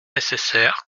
nécessaire